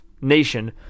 nation